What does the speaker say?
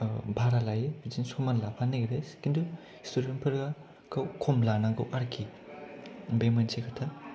भारा लायो बिदिनो समान लाफानो नागिरो खिन्थु स्टुडेन्टफोरखौ कम लानांगौ आरोखि बे मोनसे खोथा